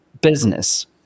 business